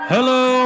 Hello